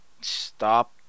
Stop